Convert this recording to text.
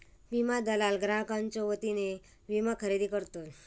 विमा दलाल ग्राहकांच्यो वतीने विमा खरेदी करतत